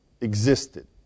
existed